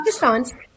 Pakistan